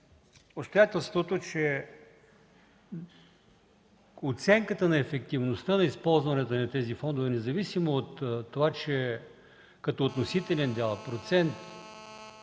обстоятелството, че оценката на ефективността на използването на тези фондове, независимо от това, че като относителен дял, процент